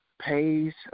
pays